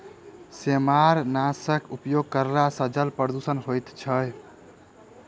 सेमारनाशकक उपयोग करला सॅ जल प्रदूषण होइत छै